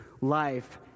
life